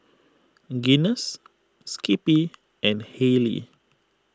Guinness Skippy and Haylee